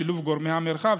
בשילוב גורמי המרחב,